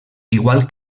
igual